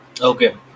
okay